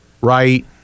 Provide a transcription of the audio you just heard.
right